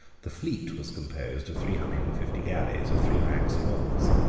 the fleet was composed of three hundred and fifty galleys of three ranks of oars.